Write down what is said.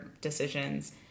decisions